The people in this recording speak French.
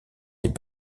des